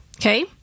Okay